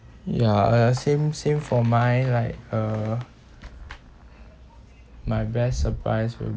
ya uh same same for my like uh my best surprise will